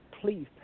please